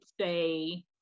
say